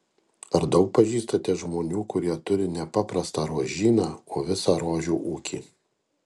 ar daug pažįstate žmonių kurie turi ne paprastą rožyną o visą rožių ūkį